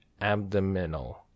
abdominal